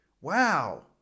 Wow